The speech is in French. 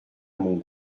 mon